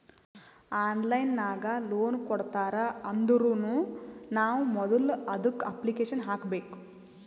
online ನಾಗ್ loan ಕೊಡ್ತಾರ್ ಅಂದುರ್ನು ನಾವ್ ಮೊದುಲ ಅದುಕ್ಕ ಅಪ್ಲಿಕೇಶನ್ ಹಾಕಬೇಕ್